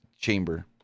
chamber